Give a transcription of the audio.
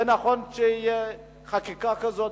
זה נכון שתהיה חקיקה כזאת,